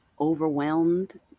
overwhelmed